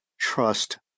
trust